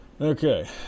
Okay